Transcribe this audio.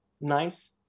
nice